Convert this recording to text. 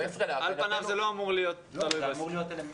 --- על פניו זה לא אמור להיות תלוי בהסכם.